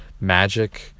magic